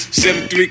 73